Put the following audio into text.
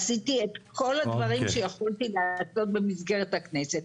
עשיתי את כל הדברים שיכולתי לעשות במסגרת הכנסת,